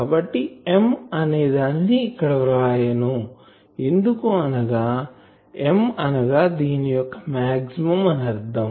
కాబట్టి m అనే దానిని ఇక్కడ వ్రాయను ఎందుకు అంటే m అనగా దీని యొక్క మాక్సిమం అని అర్ధం